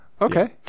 Okay